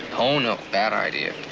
oh no, bad idea.